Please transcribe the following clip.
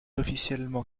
officiellement